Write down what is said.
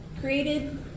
created